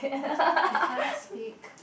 it ca~ it's can't speak